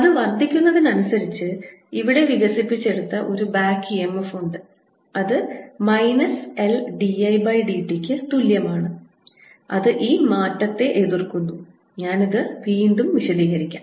അത് വർദ്ധിക്കുന്നതിനനുസരിച്ച് ഇവിടെ വികസിപ്പിച്ചെടുത്ത ഒരു ബാക്ക് EMF ഉണ്ട് അത് മൈനസ് L d Idt യ്ക്ക് തുല്യമാണ് അത് ഈ മാറ്റത്തെ എതിർക്കുന്നു ഞാൻ ഇത് വീണ്ടും വിശദീകരിക്കാം